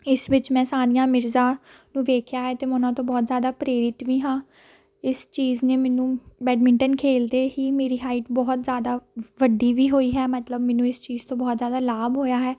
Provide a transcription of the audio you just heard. ਇਸ ਵਿੱਚ ਮੈਂ ਸਾਨੀਆ ਮਿਰਜ਼ਾ ਨੂੰ ਵੇਖਿਆ ਹੈ ਅਤੇ ਮੈਂ ਉਹਨਾਂ ਤੋਂ ਬਹੁਤ ਜ਼ਿਆਦਾ ਪ੍ਰੇਰਿਤ ਵੀ ਹਾਂ ਇਸ ਚੀਜ਼ ਨੇ ਮੈਨੂੰ ਬੈਡਮਿੰਟਨ ਖੇਡਦੇ ਹੀ ਮੇਰੀ ਹਾਈਟ ਬਹੁਤ ਜ਼ਿਆਦਾ ਵੱਡੀ ਵੀ ਹੋਈ ਹੈ ਮਤਲਬ ਮੈਨੂੰ ਇਸ ਚੀਜ਼ ਤੋਂ ਬਹੁਤ ਜ਼ਿਆਦਾ ਲਾਭ ਹੋਇਆ ਹੈ